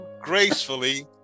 gracefully